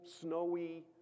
snowy